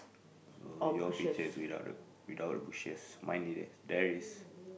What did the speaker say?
so your picture is without the without the bushes mine the~ there is